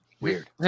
Weird